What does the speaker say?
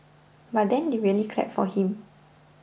but then they really clapped for him